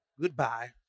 Goodbye